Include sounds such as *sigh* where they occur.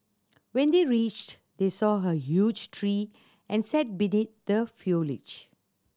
when they reached they saw *unintelligible* huge tree and sat beneath the *unintelligible*